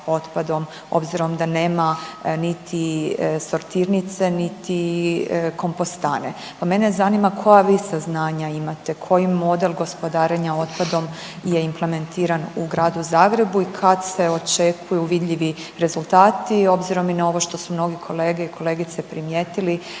obzirom da nema niti sortirnice, niti kompostane, pa mene zanima koja vi saznanja imate, koji model gospodarenja otpadom je implementiran u gradu Zagrebu i kad se očekuju vidljivi rezultati. Obzirom i na ovo što su mnogi kolege i kolegice primijetili